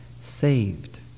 saved